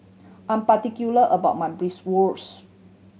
I'm particular about my Bratwurst